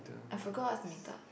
I forgot what's the middle